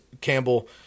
Campbell